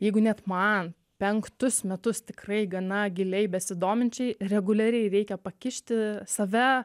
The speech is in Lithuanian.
jeigu net man penktus metus tikrai gana giliai besidominčiai reguliariai reikia pakišti save